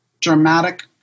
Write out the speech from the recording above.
dramatic